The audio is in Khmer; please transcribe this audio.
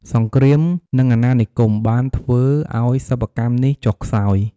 សង្គ្រាម និងអាណានិគមបានធ្វើឱ្យសិប្បកម្មនេះចុះខ្សោយ។